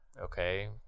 okay